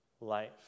life